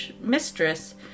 mistress